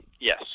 Yes